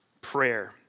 prayer